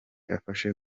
afashe